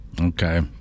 Okay